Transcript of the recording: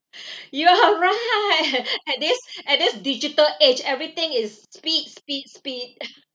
you are right at this at this digital age everything is speed speed speed